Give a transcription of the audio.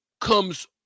comes